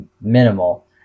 minimal